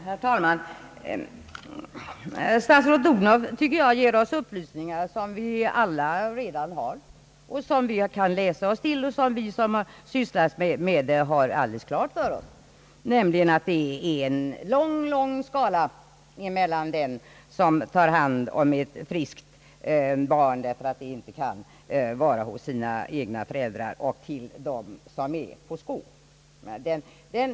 Herr talman! Jag tycker att statsrådet Odhnoff upplyser oss om sådant som vi alla redan känner till, som vi kan läsa oss till och som vi, som sysslat med detta, har alldeles klart för oss, nämligen att det är en lång, lång skala från att ta hand om ett friskt barn, därför att barnet inte kan vara hos sina egna föräldrar, och till att vårda de barn som är på Skå.